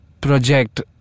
project